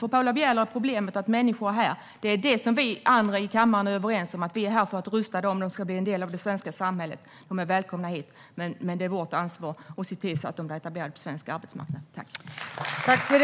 För Paula Bieler är problemet att människor är här. Vi andra i kammaren är överens om att vi är här för att rusta dem så att de blir en del av det svenska samhället. De är välkomna hit, men det är vårt ansvar att se till att de etablerar sig på svensk arbetsmarknad.